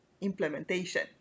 implementation